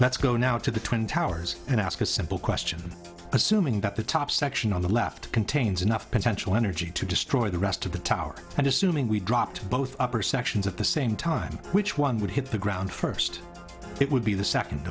let's go now to the twin towers and ask a simple question assuming the top section on the left contains enough potential energy to destroy the rest of the tower and assuming we dropped both upper sections of the same time which one would hit the ground first it would be the second